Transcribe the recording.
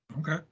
Okay